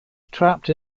trapped